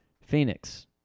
Phoenix